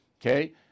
Okay